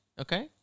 Okay